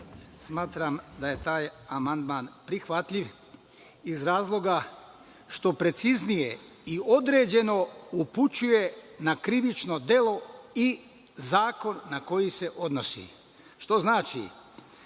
smatram da je taj amandman prihvatljiv iz razloga što preciznije i određeno upućuje na krivično delo i zakon na koji se odnosi. Što znači